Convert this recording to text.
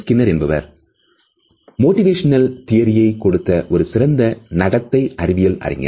Skinner என்பவர் motivational தியரியை கொடுத்த ஒரு சிறந்த நடத்தை அறிவியல் அறிஞர்